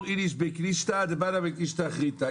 לסתור בני קישתא עד לבנא מקישתא אחריתא.